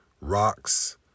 rocks